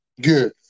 Good